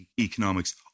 economics